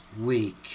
week